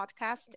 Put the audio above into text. podcast